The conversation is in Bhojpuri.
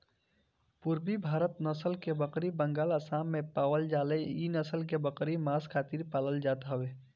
पुरबी भारत नसल के बकरी बंगाल, आसाम में पावल जाले इ नसल के बकरी के मांस खातिर पालल जात हवे